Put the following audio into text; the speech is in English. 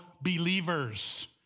believers